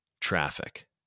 traffic